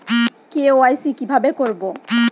KYC কিভাবে করব?